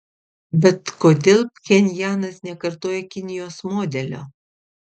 bet kodėl pchenjanas nekartoja kinijos modelio